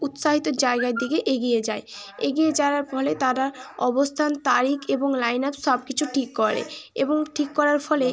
উৎসাহিত জায়গার দিকে এগিয়ে যায় এগিয়ে যারার ফলে তারা অবস্থান তারিখ এবং লাইন আপ সব কিছু ঠিক করে এবং ঠিক করার ফলে